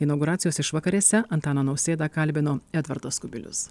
inauguracijos išvakarėse antaną nausėdą kalbino edvardas kubilius